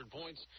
points